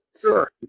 Sure